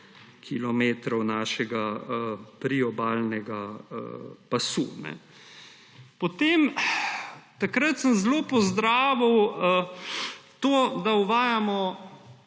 kilometrov našega priobalnega pasu. Takrat sem zelo pozdravil to, da uvajamo